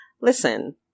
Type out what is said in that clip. Listen